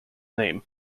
name